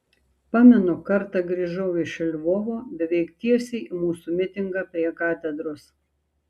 pamenu kartą grįžau iš lvovo beveik tiesiai į mūsų mitingą prie katedros